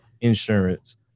insurance